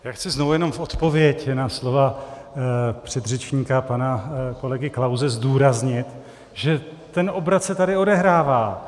Já chci znovu jenom odpověď na slova předřečníka, pana kolegy Klause, zdůraznit, že ten obrat se tady odehrává.